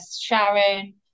Sharon